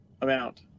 amount